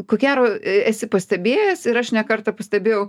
ko gero esi pastebėjęs ir aš ne kartą pastebėjau